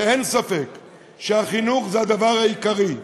ואין ספק שהחינוך זה הדבר העיקרי,